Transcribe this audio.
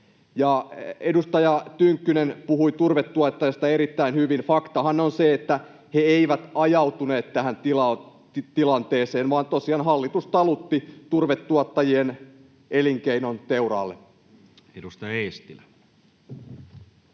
Edustaja Tynkkynen puhui turvetuottajista erittäin hyvin. Faktahan on se, että he eivät ajautuneet tähän tilanteeseen, vaan tosiaan hallitus talutti turvetuottajien elinkeinon teuraalle. Edustaja Eestilä.